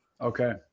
okay